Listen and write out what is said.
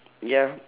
ya